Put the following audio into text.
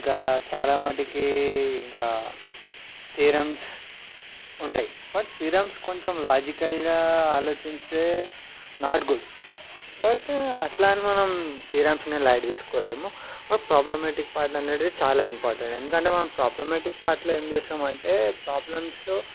ఇంకా చాలా మటుకి ఇంకా థీరమ్స్ ఉంటాయి బట్ థీరమ్స్ కొంచెం లాజికల్గా ఆలోచించే నాట్ గుడ్ బట్ అట్లా అని మనం థీరమ్స్ని లైట్ తీసుకోలేము బట్ ప్రాబ్లమెటిక్ పార్ట్ అనేది చాలా ఇంపార్టెంట్ ఎందుకంటే మనం ప్రాబ్లమెటిక్ పార్ట్లో ఏం చేస్తాం అంటే ప్రాబ్లమ్స్లో